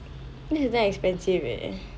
that is damn expensive leh